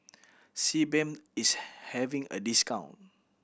sebamed is having a discount